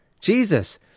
Jesus